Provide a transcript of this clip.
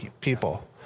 people